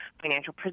financial